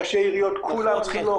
ראשי עיריות, כולם צריכים להוקיע.